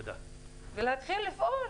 ולהתחיל לפעול.